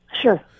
Sure